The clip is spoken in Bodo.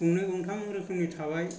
मोननै मोनथाम रोखोमनि थाबाय